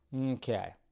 Okay